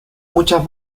muchas